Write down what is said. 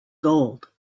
gold